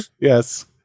yes